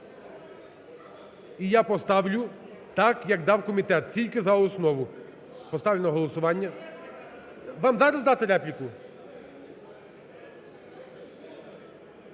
І я поставлю так, як дав комітет, тільки за основу, поставлю на голосування. Вам зараз дати репліку?